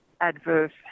adverse